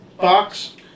box